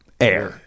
air